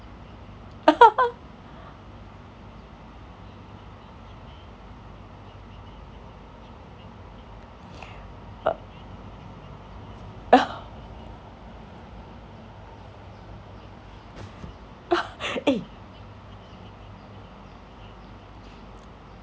uh eh